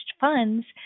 funds